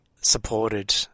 supported